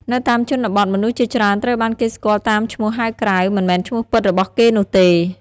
នៅតាមជនបទ មនុស្សជាច្រើនត្រូវបានគេស្គាល់តាមឈ្មោះហៅក្រៅ មិនមែនឈ្មោះពិតរបស់គេនោះទេ។